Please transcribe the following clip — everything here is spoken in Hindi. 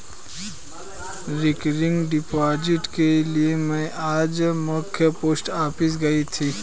रिकरिंग डिपॉजिट के लिए में आज मख्य पोस्ट ऑफिस गयी थी